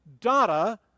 data